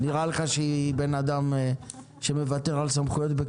נראה לך שהיא אדם שמוותר על סמכויות בקלות?